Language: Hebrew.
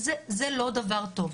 זה לא דבר טוב.